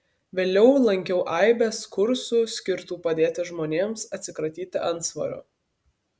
vėliau lankiau aibes kursų skirtų padėti žmonėms atsikratyti antsvorio